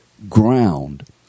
ground